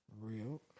Real